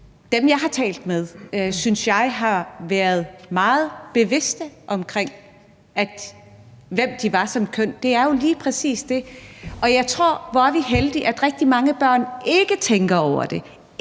Dem, jeg har talt med, synes jeg har været meget bevidste omkring, hvem de var som køn. Det er jo lige præcis det, det handler om, og hvor er vi heldige, at rigtig mange børn ikke tænker over det,